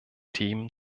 themen